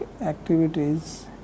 activities